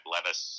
Levis